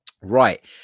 Right